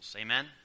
Amen